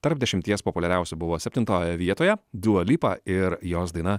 tarp dešimties populiariausių buvo septintojoje vietoje dua lipa ir jos daina